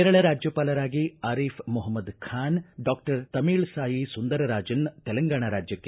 ಕೇರಳ ರಾಜ್ಯಪಾಲರಾಗಿ ಆರಿಫ್ ಮುಹ್ಮದ್ ಖಾನ್ ಡಾಕ್ಟರ್ ತಮಿಳ್ಸಾಯಿ ಸುಂದರರಾಜನ್ ತೆಲಂಗಾಣಾ ರಾಜ್ಯಕ್ಕೆ